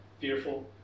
fearful